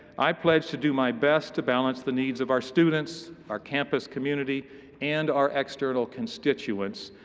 i pledge to do my best to balance the needs of our students, our campus, community and our external constituents,